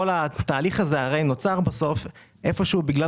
כל התהליך הזה נוצר בסוף איפה שהוא בגלל